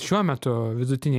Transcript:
šiuo metu vidutinė